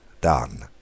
done